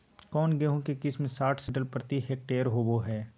कौन गेंहू के किस्म साठ से सत्तर क्विंटल प्रति हेक्टेयर होबो हाय?